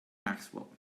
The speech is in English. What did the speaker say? maxwell